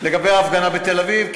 לגבי ההפגנה בתל-אביב,